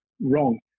wrong